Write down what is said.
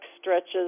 stretches